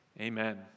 Amen